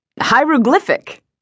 hieroglyphic